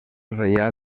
reial